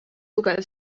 tugev